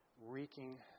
Wreaking